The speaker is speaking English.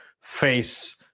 face